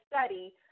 study